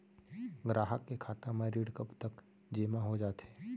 ग्राहक के खाता म ऋण कब तक जेमा हो जाथे?